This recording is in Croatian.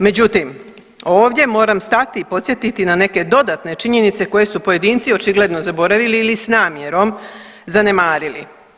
Međutim, ovdje moram stati i podsjetiti na neke dodatne činjenice koje su pojedinci očigledno zaboravili ili s namjerom zanemarili.